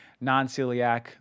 non-celiac